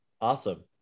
Awesome